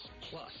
Plus